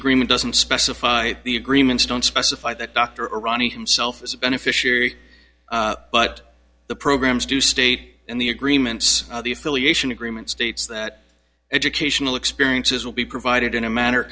agreement doesn't specify the agreements don't specify that dr rani himself is a beneficiary but the programs do state in the agreements the affiliation agreement states that educational experiences will be provided in